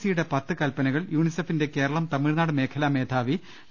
സിയുടെ പത്ത് കൽപ്പനകൾ യൂണിസെഫിന്റെ കേര ളം തമിഴ്നാട് മേഖലാ മേധാവി ഡോ